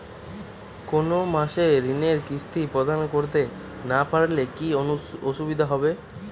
কোনো মাসে ঋণের কিস্তি প্রদান করতে না পারলে কি অসুবিধা হবে?